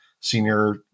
senior